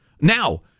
Now